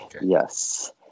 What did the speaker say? yes